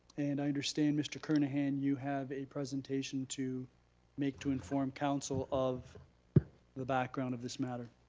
and i understand mr. kernahan you have a presentation to make to inform council of the background of this matter.